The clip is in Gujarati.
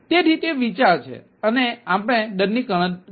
તેથી તે વિચાર છે અને તેથી આપણે દંડની ગણતરી કરવાની જરૂર છે